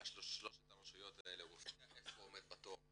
ובשלושת הרשויות האלה הוא הבטיח איפה הוא עומד בתור,